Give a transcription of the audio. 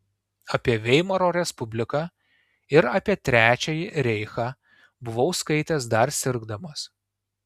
apie veimaro respubliką ir apie trečiąjį reichą buvau skaitęs dar sirgdamas